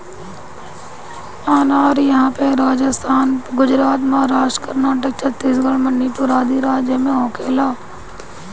अनार इहां पे राजस्थान, गुजरात, महाराष्ट्र, कर्नाटक, छतीसगढ़ मणिपुर आदि राज में होखेला